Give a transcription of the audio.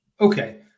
Okay